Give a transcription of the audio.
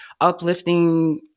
uplifting